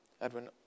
Edwin